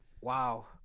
wow